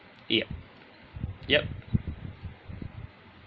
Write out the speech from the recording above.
yup yup